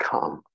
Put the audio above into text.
Come